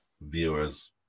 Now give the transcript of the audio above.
viewers